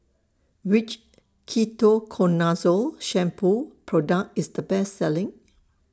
Which Ketoconazole Shampoo Product IS The Best Selling